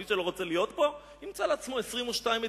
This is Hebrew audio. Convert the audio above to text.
מי שלא רוצה להיות פה, ימצא לעצמו 22 מדינות.